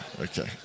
okay